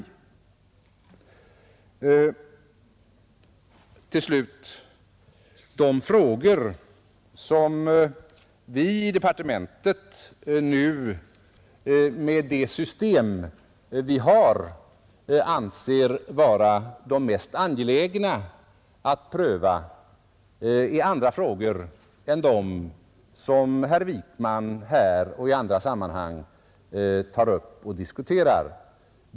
Till sist vill jag säga att de frågor som vi i departementet nu anser det vara mest angeläget att pröva är andra frågor än de som herr Wijkman här och i andra sammanhang diskuterar.